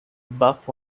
buff